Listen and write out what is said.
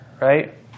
right